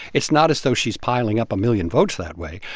it's not as though she's piling up a million votes that way,